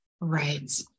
Right